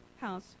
house